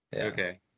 okay